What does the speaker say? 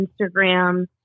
Instagram